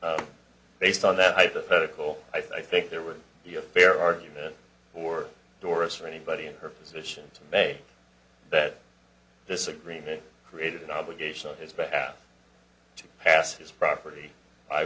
based on that hypothetical i think there would be a fair argument for doris or anybody in her position to say that this agreement created an obligation on his behalf to pass his property i